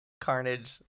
carnage